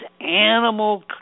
animal